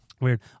Weird